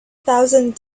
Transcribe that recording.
thousand